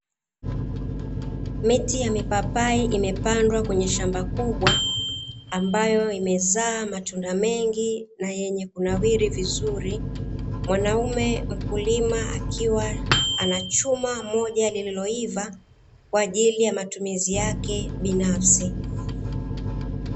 Miti ya mipapai imepandwa kwenye shamba kubwa ambayo imezaa matunda mengi na yenye kunawiri vizuri, mwanaume mkulima akiwa anachuma moja lililoiva kwaajili ya matumizi yake binafsi.